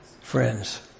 friends